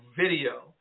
video